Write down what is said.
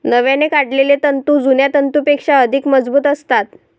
नव्याने काढलेले तंतू जुन्या तंतूंपेक्षा अधिक मजबूत असतात